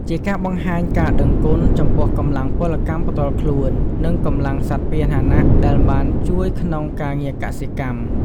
ជាការ បង្ហាញការដឹងគុណ ចំពោះកម្លាំងពលកម្មផ្ទាល់ខ្លួន និងកម្លាំងសត្វពាហនៈដែលបានជួយក្នុងការងារកសិកម្ម។